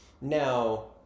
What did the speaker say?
Now